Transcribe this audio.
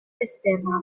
esterna